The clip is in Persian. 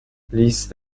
لیست